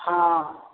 हँ